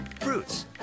fruits